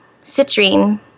citrine